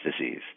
disease